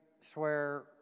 swear